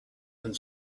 and